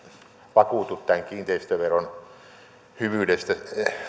vakuutu tämän kiinteistöveron hyvyydestä